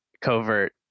covert